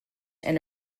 and